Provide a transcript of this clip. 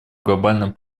глобальным